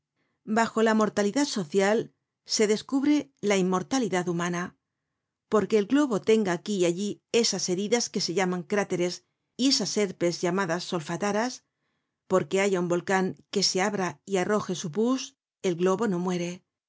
bajo la mortalidad social se descubre la inmortalidad humana porque el globo tenga aquí y allí esas heridas que se llaman cráteres y esas herpes llamadas solfataras porque haya un volcan que se abra y arroje su pus el globo no muere